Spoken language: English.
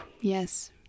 yes